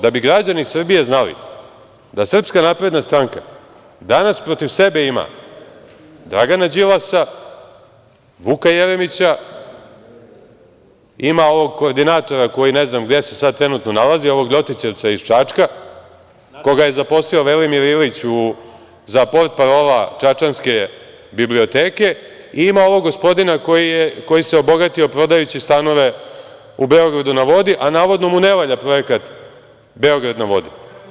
Da bi građani Srbije znali da SNS danas protiv sebe ima Dragana Đilasa, Vuka Jeremića, ima ovog koordinatora, koji ne znam gde se sad trenutno nalazi, ovog ljotićevca iz Čačka, koga je zaposlio Velimir Ilić za portparola čačanske biblioteke, i ima ovog gospodina koji se obogatio prodajući stanove u „Beogradu na vodi“, a navodno mu ne valja projekat „Beograd na vodi“